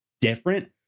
different